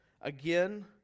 again